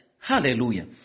Hallelujah